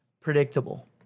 predictable